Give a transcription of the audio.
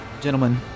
Gentlemen